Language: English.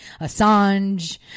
Assange